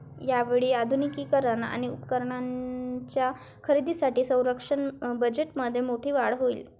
यावेळी आधुनिकीकरण आणि उपकरणांच्या खरेदीसाठी संरक्षण बजेटमध्ये मोठी वाढ होईल